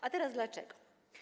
A teraz dlaczego.